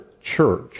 church